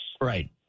Right